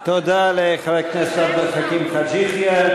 תודה לחבר הכנסת עבד אל חכים חאג' יחיא.